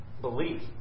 belief